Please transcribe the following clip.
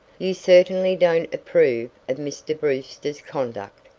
you certainly don't approve of mr. brewster's conduct?